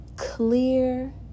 Clear